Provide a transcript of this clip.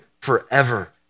forever